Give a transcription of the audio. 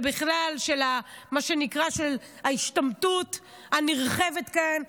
ובכלל של מה שנקרא ההשתמטות הנרחבת כאן,